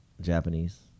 Japanese